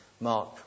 Mark